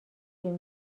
فیلم